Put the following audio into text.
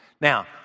Now